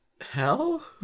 hell